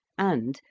and,